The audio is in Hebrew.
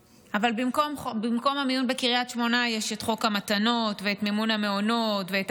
במקום המיון בקרית שמונה יש את חוק המתנות ואת מימון המעונות ואת